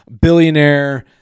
billionaire